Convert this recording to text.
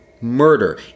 murder